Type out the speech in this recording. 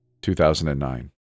2009